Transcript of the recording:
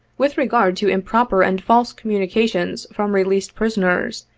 with regard to improper and false communications from released prisoners,